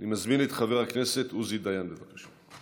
אני מזמין את חבר הכנסת עוזי דיין, בבקשה.